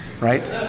right